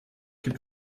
gibt